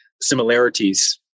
similarities